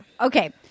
Okay